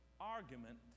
argument